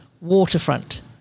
waterfront